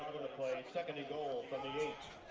play second and goal from the eight.